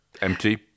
empty